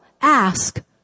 ask